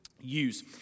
use